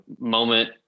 moment